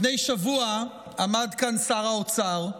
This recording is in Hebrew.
לפני שבוע עמד כאן שר האוצר,